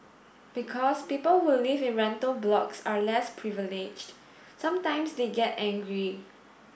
because people who live in rental blocks are less privileged sometimes they get angry